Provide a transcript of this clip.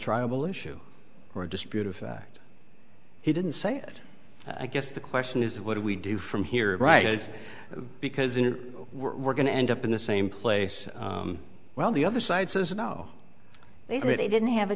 triable issue or a dispute of fact he didn't say it i guess the question is what do we do from here right because you were going to end up in the same place well the other side says no they really didn't have a